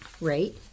rate